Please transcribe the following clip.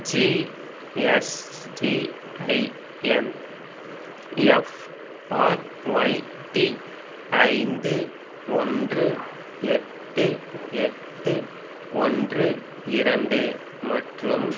GSTIN FRYD ஐந்து ஒன்று எட்டு எட்டு ஒன்று இரண்டு மற்றும்